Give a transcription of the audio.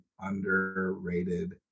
underrated